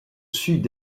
sud